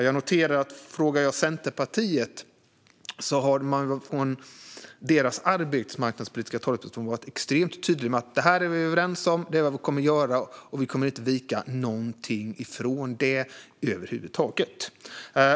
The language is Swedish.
Jag noterar att Centerpartiets arbetsmarknadspolitiska talesperson har varit extremt tydlig med att partierna är överens om detta, att det är vad de kommer att göra och att de inte kommer att vika någonting från det över huvud taget.